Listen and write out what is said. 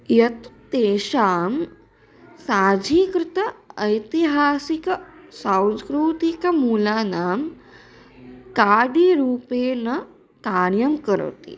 यत् तेषां साजीकृतानाम् ऐतिहासिकसांस्कृतिकमूलानां काडिरूपेण कार्यं करोति